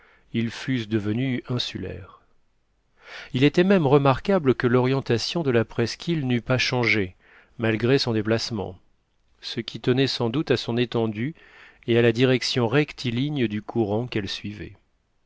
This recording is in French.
ils fussent devenus insulaires il était même remarquable que l'orientation de la presqu'île n'eût pas changé malgré son déplacement ce qui tenait sans doute à son étendue et à la direction rectiligne du courant qu'elle suivait